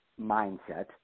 mindset